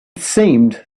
seemed